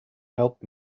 help